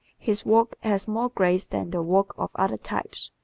his walk has more grace than the walk of other types.